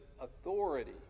authority